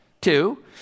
Two